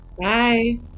Bye